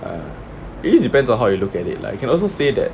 ah it really depends on how you look at it like you can also say that